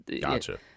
Gotcha